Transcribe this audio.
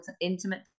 intimate